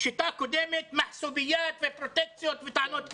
שיטה קודמת, פרוטקציות וטענות כאלה.